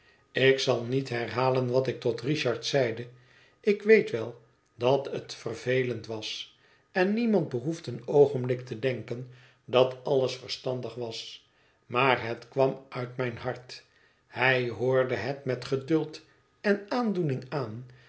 ik zal niet herhalen wat ik tot richard zeide ik weet wel dat het vervelend was en niemand behoeft een oogénblik te denken dat alles verstandig was maar het kwam uit mijn hart hij hoorde het met geduld en aandoening aan